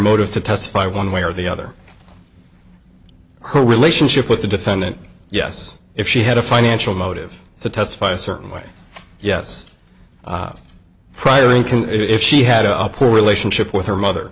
motive to testify one way or the other her relationship with the defendant yes if she had a financial motive to testify a certain way yes priory can if she had a poor relationship with her mother